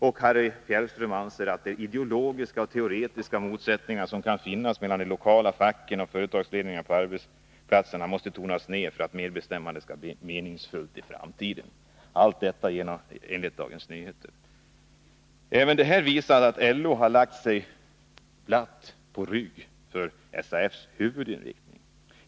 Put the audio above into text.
Och Harry Fjällström anser att ”de ideologiska och teoretiska motsättningar som kan finnas mellan de lokala facken och företagsledningarna på arbetsplatserna måste tonas ner för att medbestämmandet skall bli meningsfullt i framtiden”. Allt detta enligt Dagens Nyheter. Även det här visar att LO lagt sig platt på rygg för SAF:s huvudinriktning.